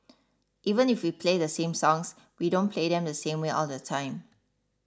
even if we play the same songs we don't play them the same way all the time